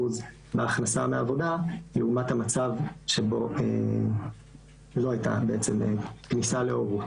בהכנסה מעבודה לעומת המצב שבו לא הייתה בעצם כניסה להורות.